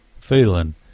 Feeling